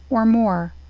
or more.